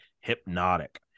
Hypnotic